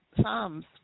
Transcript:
Psalms